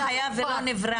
לא היה ולא נברא.